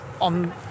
on